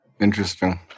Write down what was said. interesting